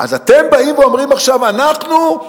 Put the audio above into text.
אז אתם באים ואומרים עכשיו: אנחנו,